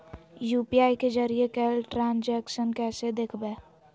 UPI के जरिए कैल ट्रांजेक्शन कैसे देखबै?